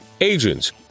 agents